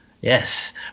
Yes